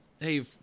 Hey